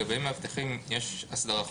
לגבי מאבטחים, יש הסדרה חוקית,